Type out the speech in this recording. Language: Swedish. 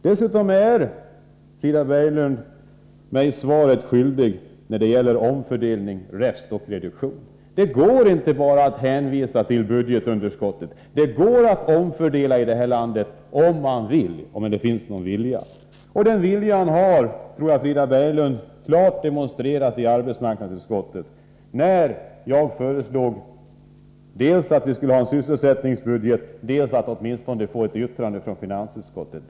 Dessutom blev Frida Berglund mig svaret skyldig när det gäller omfördelning, räfst och reduktion. Det går inte att bara hänvisa till budgetunderskottet — det går att omfördela här i landet om man vill. Frida Berglund demonstrerade klart sin vilja i arbetsmarknadsutskottet när jag föreslog dels att vi skulle ha en sysselsättningsbudget, dels att vi åtminstone skulle få ett yttrande från finansutskottet.